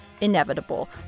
inevitable